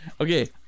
Okay